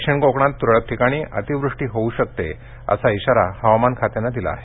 दक्षिण कोकणात तुरळक ठिकाणी अतिवृष्टी होऊ शकते असा इशारा हवामान खात्यानं दिला आहे